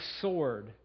sword